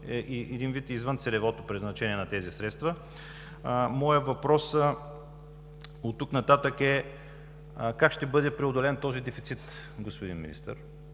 един вид е извън целевото предназначение на тези средства. Моят въпрос е: от тук нататък как ще бъде преодолян този дефицит, господин Министър?